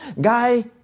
guy